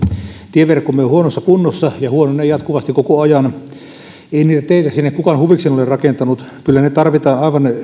tieverkkomme on huonossa kunnossa ja huononee jatkuvasti koko ajan ei niitä teitä sinne kukaan huvikseen ole rakentanut kyllä ne tarvitaan aivan